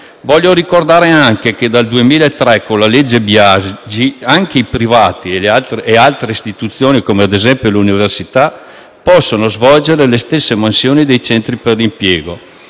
Voglio ricordare anche che dal 2003, con la legge Biagi, anche i privati e altre istituzioni come ad esempio le università possono svolgere le stesse mansioni dei centri per l'impiego,